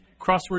crossword